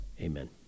Amen